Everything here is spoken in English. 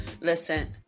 listen